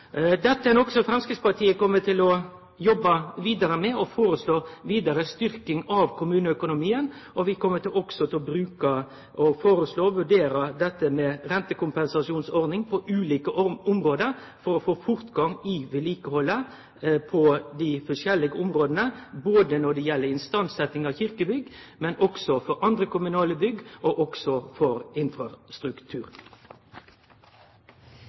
Dette er noko Framstegspartiet kommer til å jobbe vidare med, og vi vil foreslå vidare styrking av kommuneøkonomien. Vi vil også foreslå vurdert rentekompensasjonsordning på ulike område, for å få fortgang i vedlikehaldet på dei forskjellige områda, både når det gjeld istandsetjing av kyrkjebygg og andre kommunale bygg, og også infrastruktur. Saksordføreren har redegjort for